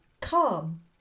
calm